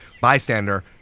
bystander